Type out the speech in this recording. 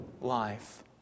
life